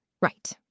Right